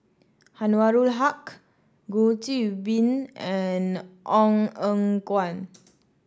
Anwarul Haque Goh Qiu Bin and Ong Eng Guan